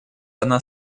она